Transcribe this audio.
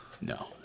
No